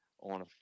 on